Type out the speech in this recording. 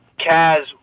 Kaz